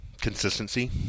consistency